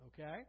Okay